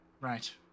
Right